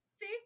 see